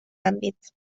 àmbit